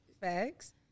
facts